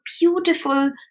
beautiful